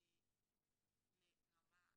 לכן אני חושבת שאין מקום לסרב לבקשה הזאת.